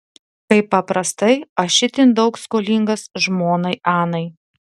kaip paprastai aš itin daug skolingas žmonai anai